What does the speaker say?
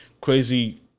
crazy